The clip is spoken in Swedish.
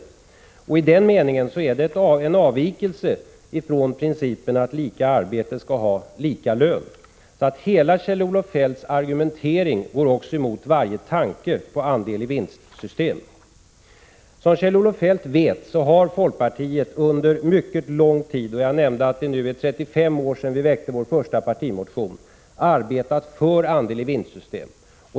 Det är en avvikelse från principen att lika arbete skall ha lika lön, och Kjell-Olof Feldts hela argumentering går också emot varje tanke på andel-i-vinst-system. Som Kjell-Olof Feldt vet har folkpartiet under mycket lång tid — jag nämnde att det nu är 35 år sedan vi väckte vår första partimotion i frågan — arbetat för andel-i-vinst-system.